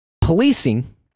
policing